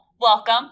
Welcome